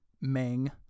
Meng